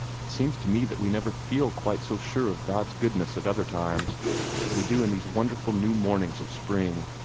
it seems to me that we never feel quite so sure of god's goodness at other times as we do in these wonderful new mornings of spring.